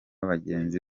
bagenzi